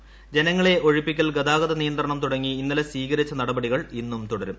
ൃജ്നങ്ങളെ ഒഴിപ്പിക്കൽ ഗതാഗത നിയന്ത്രണം തുടങ്ങി ഇന്ന്ല്ലി സ്വീകരിച്ച നടപടികൾ ഇന്നും തുടരും